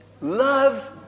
love